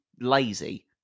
lazy